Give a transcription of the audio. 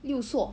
六索